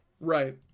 Right